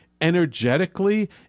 energetically